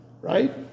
right